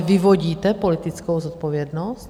Vyvodíte politickou zodpovědnost?